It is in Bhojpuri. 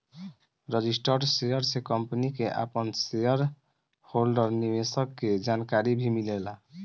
रजिस्टर्ड शेयर से कंपनी के आपन शेयर होल्डर निवेशक के जानकारी भी मिलेला